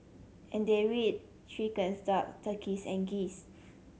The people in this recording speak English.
and they are reared chickens duck turkeys and geese